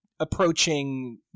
approaching